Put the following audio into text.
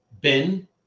Ben